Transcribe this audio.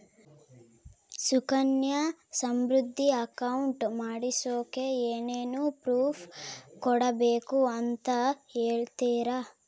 Sukanya Samriddhi account ಮಾಡಿಸೋಕೆ ಏನೇನು proof ಕೊಡಬೇಕು ಅಂತ ಹೇಳ್ತೇರಾ?